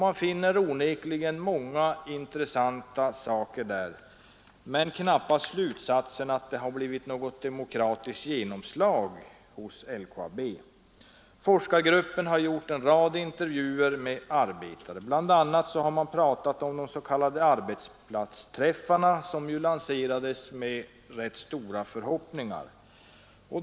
Man finner onekligen många intressanta saker där, men knappast slutsatsen att det har blivit något demokratiskt genomslag hos LKAB. Forskargruppen har gjort en rad intervjuer med arbetare. Bl. a. har talats om de s.k. arbetsplatsträffarna, som ju lanserades med rätt stora förhoppningar.